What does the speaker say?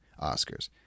oscars